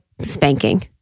spanking